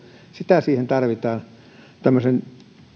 sitä tarvitaan tämmöisten